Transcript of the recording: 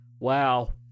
Wow